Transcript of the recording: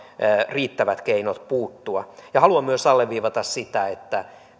riittävät keinot puuttua ja haluan myös alleviivata sitä että